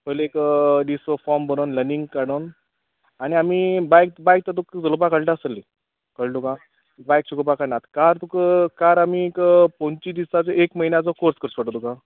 पयली एक फॉम भरून लनींग काडून आनी आमी बायक बायक तो तुक चलोवपा कळटा आसतली कळ्ळें तुका बायक शिकोवपा काय ना आतां कार तुका कार आमी एक पोंची दिसाचे एक म्हयन्याचो कोर्स करचो पडटले तुका